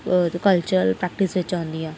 cultural practice बिच औंदियां